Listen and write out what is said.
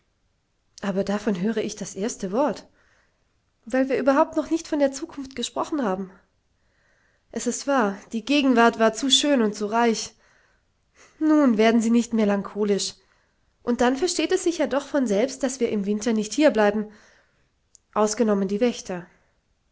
aber davon höre ich das erste wort weil wir überhaupt noch nicht von der zukunft gesprochen haben es ist wahr die gegenwart war zu schön und zu reich nun werden sie nicht melancholisch und dann versteht es sich ja doch von selbst daß wir im winter nicht hierbleiben ausgenommen die wächter